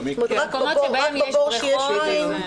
רק בבור, כשיש מים.